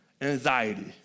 anxiety